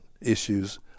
issues